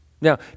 Now